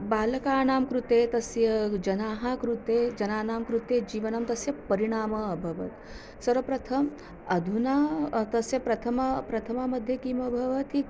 बालकानां कृते तस्य जनाः कृते जनानां कृते जीवनं तस्य परिणामः अभवत् सर्वप्रथमम् अधुना तस्य प्रथमे प्रथमे मध्ये किम् भवति